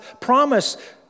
promise